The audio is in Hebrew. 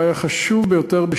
אולי החשוב ביותר.